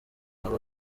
aba